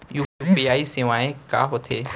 UPI सेवाएं का होथे?